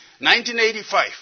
1985